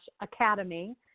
academy